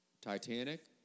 Titanic